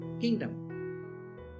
kingdom